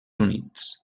units